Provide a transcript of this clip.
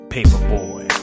Paperboy